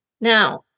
Now